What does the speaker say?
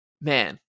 man